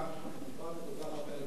אם דיברת כל כך הרבה על בגין,